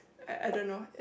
I don't know